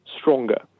stronger